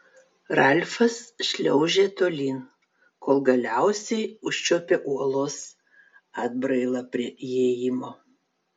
ralfas šliaužė tolyn kol galiausiai užčiuopė uolos atbrailą prie įėjimo